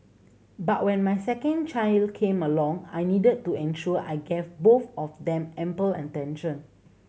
but when my second child came along I needed to ensure I gave both of them ample attention